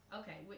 okay